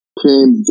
came